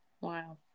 Wow